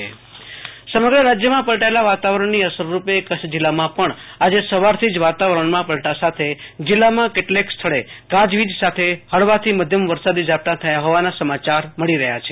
આશુતોષ અંતાણી કચ્છ વરસાદ સમગ્ર રાજયમાં પલટાયલા વાતાવરણની અસરરૂપે કચ્છ જિલ્લામાં પણ ઓજ સવારથી જ વાતાવરમા પલટા સાથે જિલ્લામાં કેટલેક સ્થળ ગાજવીજ સાથે હળવાથી મધ્યમ વરસાદી ઝાંપટાં થયા હોવાના સમાચાર મળી રહયા છે